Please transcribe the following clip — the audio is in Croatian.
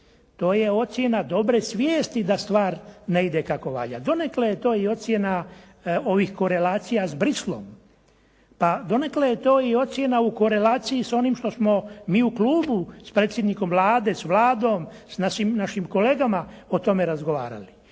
To je ocjena dobre svijesti da stvar ne ide kako valja. Donekle je to i ocjena i ovih korelacija s Bruxellesom, pa donekle je to i ocjena u korelaciji s onim što smo mi u klubu s predsjednikom Vlade, s Vladom, našim kolegama o tome razgovarali.